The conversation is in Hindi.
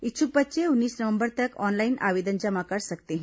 इच्छुक बच्चे उन्नीस नवंबर तक ऑनलाइन आवेदन जमा कर सकते हैं